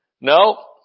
No